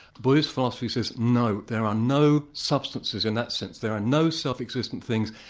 buddhist philosophy says no, there are no substances in that sense, there are no self existent things,